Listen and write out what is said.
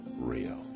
real